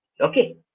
Okay